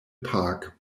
park